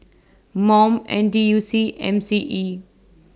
Mom N T U C M C E